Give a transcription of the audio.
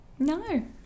No